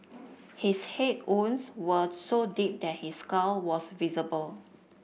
his head wounds were so deep that his skull was visible